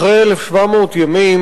אחרי 1,700 ימים,